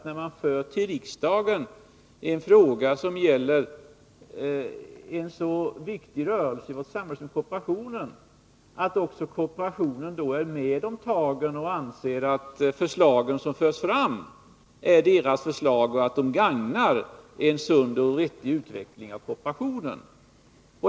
När man till riksdagen för en fråga som gäller en så viktig rörelse i vårt samhälle som kooperationen är det av stor vikt att denna är med om tagen och anser att de förslag som förs fram gagnar en sund och riktig utveckling av kooperationen.